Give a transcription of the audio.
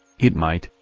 it might,